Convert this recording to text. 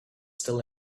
still